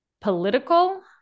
political